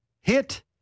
hit